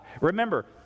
Remember